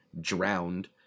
drowned